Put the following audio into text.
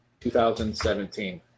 2017